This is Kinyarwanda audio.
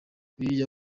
iyo